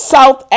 South